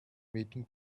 waiting